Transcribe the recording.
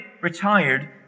retired